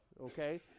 okay